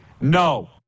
no